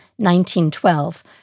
1912